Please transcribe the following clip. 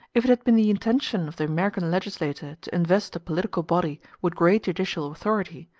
if it had been the intention of the american legislator to invest a political body with great judicial authority,